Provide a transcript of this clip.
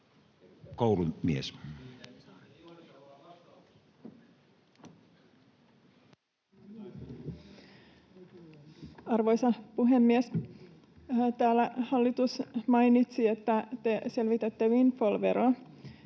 Arvoisa puhemies! Täällä hallitus mainitsi, että te selvitätte windfall-veron.